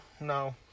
no